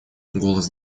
голос